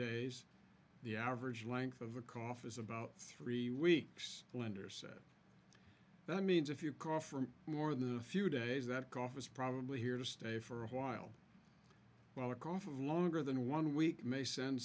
days the average length of a cough is about three weeks the lender says that means if you cough from more than a few days that cough is probably here to stay for a while while a cough of longer than one week may send